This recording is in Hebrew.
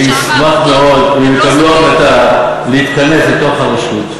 אני אשמח מאוד אם הם יקבלו החלטה להתכנס לתוך הרשות,